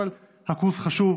אבל הקורס חשוב,